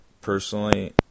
personally